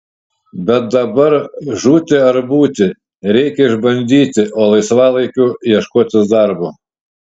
bet dabar žūti ar būti reikia išbandyti o laisvalaikiu ieškotis darbo